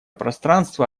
пространство